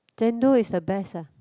Chendol is the best ah